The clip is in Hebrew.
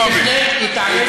השינוי הוא,